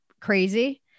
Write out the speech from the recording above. crazy